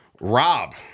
Rob